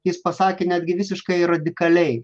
jis pasakė netgi visiškai radikaliai